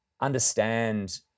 understand